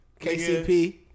KCP